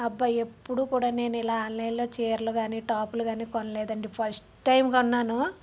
అబ్బా ఎప్పుడూ కూడ నేను ఇలా ఆన్లైన్లో చీరలు గానీ టాపులు గానీ కొనలేదండి ఫస్ట్ టైమ్ కొన్నాను